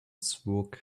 zvooq